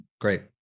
great